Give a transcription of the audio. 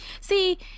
See